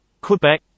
Quebec